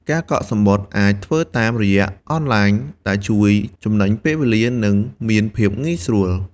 ការកក់សំបុត្រអាចធ្វើតាមរយៈអនឡាញដែលជួយចំណេញពេលវេលានិងមានភាពងាយស្រួល។